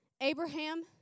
Abraham